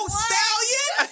stallion